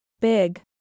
big